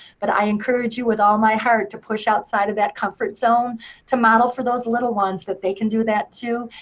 but i encourage you with all my heart to push outside of that comfort zone to model for those little ones that they can do that too.